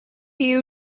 you